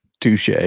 touche